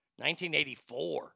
1984